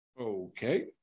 Okay